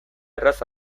erraz